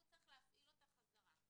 הוא צריך להפעיל אותה חזרה.